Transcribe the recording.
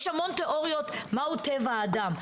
יש המון תיאוריות מהו טבע האדם.